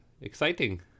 exciting